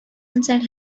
inside